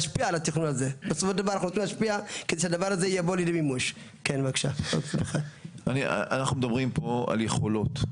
ובסופו של דבר הוחלט להעצים וחייב לחזק את אגף התנועה במחוז ש"י,